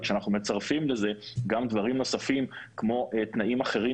וכשאנחנו מצרפים לזה גם דברים נוספים כמו תנאים אחרים